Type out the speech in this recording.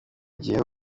gihugu